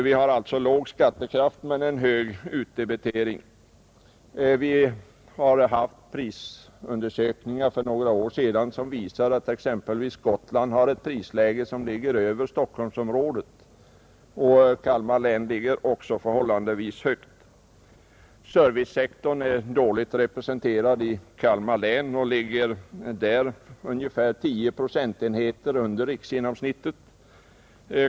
Vi har alltså låg skattekraft men hög utdebitering, Det gjordes prisundersökningar för några år sedan som visade att exempelvis Gotland har en prisnivå som ligger över Stockholmsområdets, och Kalmar län ligger också förhållandevis högt. Servicesektorn är dåligt representerad i Kalmar län och ligger där ungefär 10 procentenheter under riksgenomsnittet.